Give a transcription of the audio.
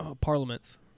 Parliaments